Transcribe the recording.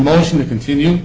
motion to continue